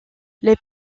les